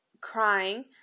crying